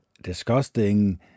disgusting